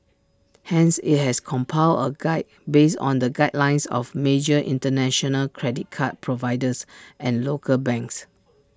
hence IT has compiled A guide based on the guidelines of major International credit card providers and local banks